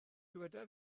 dyweda